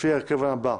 לפי ההרכב הבא: